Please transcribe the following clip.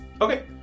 Okay